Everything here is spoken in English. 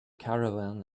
caravan